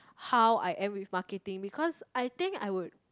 how I am with marketing because I think I would